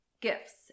gifts